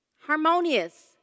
harmonious